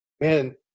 man